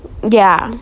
ya